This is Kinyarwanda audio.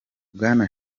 bwana